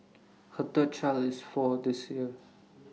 her third child is four this year